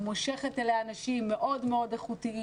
היא מושכת אליה אנשים מאוד מאוד איכותיים